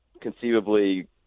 conceivably